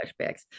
flashbacks